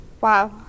Wow